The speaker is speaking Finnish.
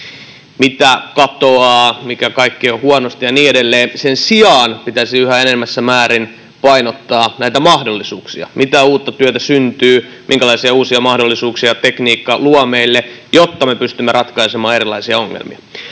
mitä katoaa, mikä kaikki on huonosti ja niin edelleen. Sen sijaan pitäisi yhä enemmässä määrin painottaa mahdollisuuksia: mitä uutta työtä syntyy, minkälaisia uusia mahdollisuuksia tekniikka luo meille, jotta me pystymme ratkaisemaan erilaisia ongelmia.